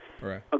Right